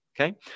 Okay